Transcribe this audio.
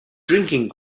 drinking